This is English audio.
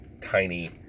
tiny